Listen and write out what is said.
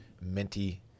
minty